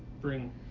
bring